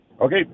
Okay